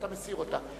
אתה מסיר אותה.